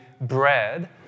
bread